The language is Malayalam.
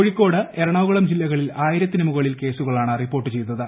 കോഴിക്കോട്ട് എറണാകുളം ജില്ലകളിൽ ആയിരത്തിന് മുകളിൽ കേസുകളാണ് കൂപ്പോർട്ട് ചെയ്തത്